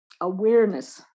awareness